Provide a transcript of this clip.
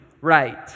right